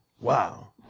Wow